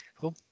Cool